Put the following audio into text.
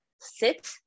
sit